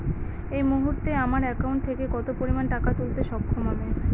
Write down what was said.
এই মুহূর্তে আমার একাউন্ট থেকে কত পরিমান টাকা তুলতে সক্ষম আমি?